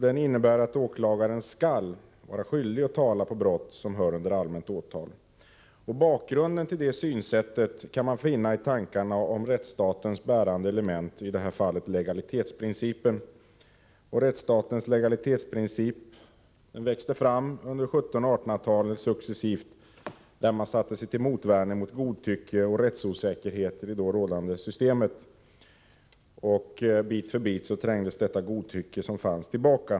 Den innebär att åklagaren skall vara skyldig att tala på brott som hör under allmänt åtal. Bakgrunden till det synsättet kan man finna i tankarna om rättsstatens bärande element, i det här fallet legalitetsprincipen. Rättsstatens legalitetsprincip växte successivt fram under 1700 och 1800-talet, då man satte sig till motvärn mot godtycke och rättsosäkerhet i det då rådande systemet. Bit för bit trängdes detta godtycke tillbaka.